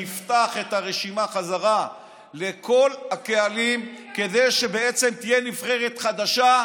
נפתח את הרשימה בחזרה לכל הקהלים כדי שתהיה נבחרת חדשה,